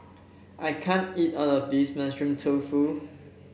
I can't eat all of this Mushroom Tofu